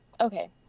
okay